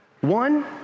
one